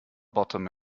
bottom